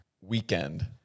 weekend